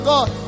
God